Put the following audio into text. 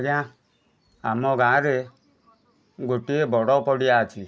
ଆଜ୍ଞା ଆମ ଗାଁରେ ଗୋଟିଏ ବଡ଼ ପଡ଼ିଆ ଅଛି